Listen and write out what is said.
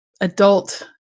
adult